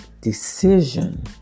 decision